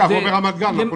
או ברמת גן.